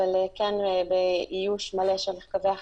אבל כן באיוש מלא של מרכזי החרום.